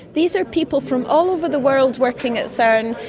these are people from all over the world working at cern,